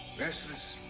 restless,